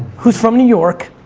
who's from new york,